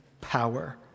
power